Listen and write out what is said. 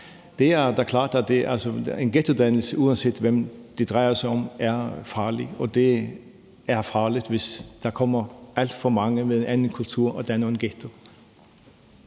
et antal. En ghettodannelse, uanset hvem det drejer sig om, er farlig, og det er farligt, hvis der kommer alt for mange med en anden kultur og danner en ghetto.